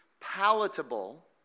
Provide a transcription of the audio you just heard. palatable